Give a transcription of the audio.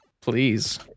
please